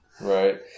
Right